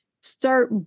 start